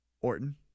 Orton